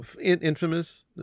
Infamous